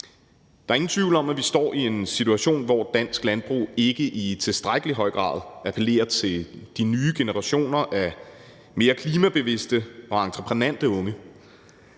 Der er ingen tvivl om, at vi står i en situation, hvor dansk landbrug ikke i tilstrækkelig høj grad appellerer til de nye generationer af mere klimabevidste og entreprenante unge.